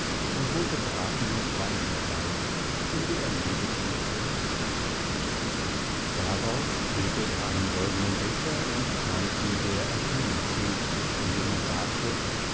und holte braten und wein herbei um die ermüdeten zu erquicken darauf füllte er einen goldenen becher und trank ihn der athene zu indem er sagte